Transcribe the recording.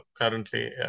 currently